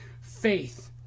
faith